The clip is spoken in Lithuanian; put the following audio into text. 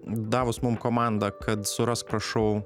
davus mum komanda kad surask prašau